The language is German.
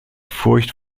furcht